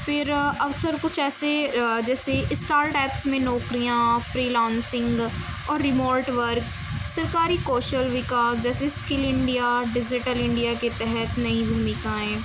پھر اکثر کچھ ایسے جیسے اسٹارٹیپس میں نوکریاں فری لانسنگ اور ریموٹ ورک سرکاری کوشل وکاس جیسے اسکل انڈیا ڈیجیٹل انڈیا کے تحت نئی بھومکائیں